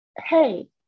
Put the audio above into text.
hey